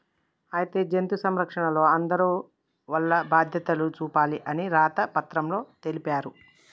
అయితే జంతు సంరక్షణలో అందరూ వాల్ల బాధ్యతలు చూపాలి అని రాత పత్రంలో తెలిపారు